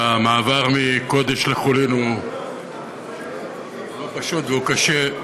המעבר מקודש לחולין הוא לא פשוט והוא קשה,